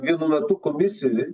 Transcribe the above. vienu metu komisijai